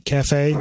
Cafe